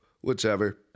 Whichever